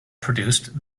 produced